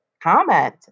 comment